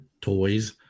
toys